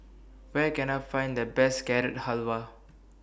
Where Can I Find The Best Carrot Halwa